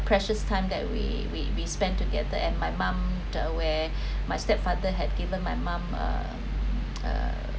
precious time that we we we spend together and my mum the where my stepfather had given my mum err